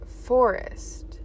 forest